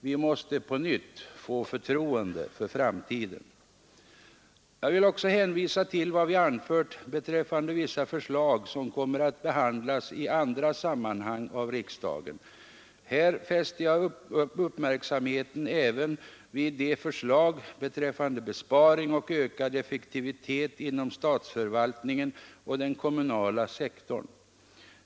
Vi måste på nytt få förtroende för framtiden. Jag vill också hänvisa till vad vi har anfört beträffande vissa förslag, som kommer att behandlas av riksdagen i andra sammanhang. Här fäster jag uppmärksamheten även på förslagen beträffande besparingar och ökad effektivitet inom statsförvaltningen och på den kommunala sektorn.